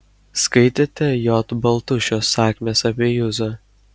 skaitėte j baltušio sakmės apie juzą